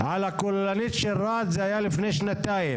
והדבר הזה מצטבר עד ימינו.